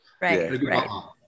right